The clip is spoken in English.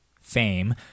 fame